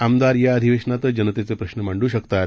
आमदारयाअधिवेशनातचजनतेचेप्रश्नमांडूशकतात